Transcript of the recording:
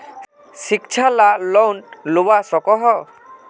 शिक्षा ला लोन लुबा सकोहो?